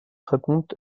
raconte